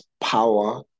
power